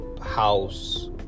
house